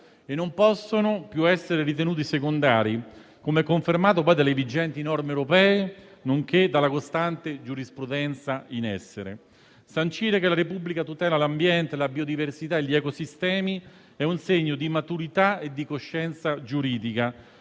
e non possono più essere ritenuti secondari, come è confermato dalle vigenti norme europee nonché dalla costante giurisprudenza in essere. Sancire che la Repubblica tutela l'ambiente, la biodiversità e gli ecosistemi è un segno di maturità e di coscienza giuridica.